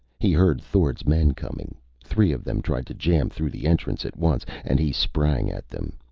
he heard thord's men coming. three of them tried to jam through the entrance at once, and he sprang at them.